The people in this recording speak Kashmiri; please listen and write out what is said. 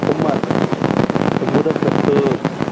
عمر تہٕ مُدَثِر صٲب